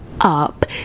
up